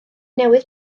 newydd